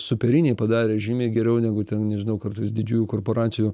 superiniai padarė žymiai geriau negu ten nežinau kartais didžiųjų korporacijų